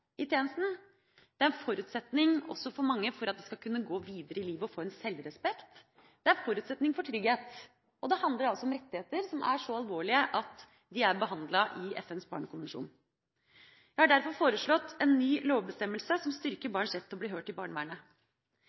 i tjenesten, det er en forutsetning også for mange for at de skal kunne gå videre i livet og få selvrespekt, og det er forutsetning for trygghet. Det handler altså om rettigheter som er så alvorlige at de er behandlet i FNs barnekonvensjon. Jeg har derfor foreslått en ny lovbestemmelse som styrker barns rett til å bli hørt i barnevernet.